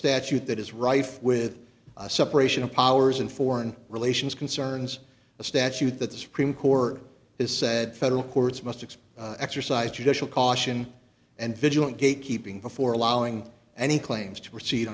statute that is rife with a separation of powers and foreign relations concerns a statute that the supreme court has said federal courts must expect exercise judicial caution and vigilant gatekeeping before allowing any claims to proceed